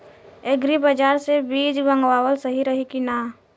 Agri बाज़ार से बीज मंगावल सही रही की ना?